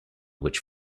which